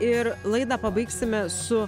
ir laidą pabaigsime su